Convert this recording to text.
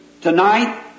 tonight